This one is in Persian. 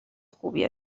خوبی